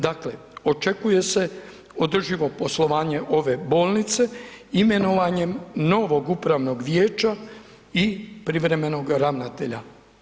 Dakle, očekuje se održivo poslovanje ove bolnice imenovanjem novog upravnog vijeća i privremenog ravnatelja.